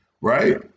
right